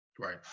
Right